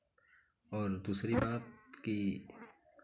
और दूसरी बात कि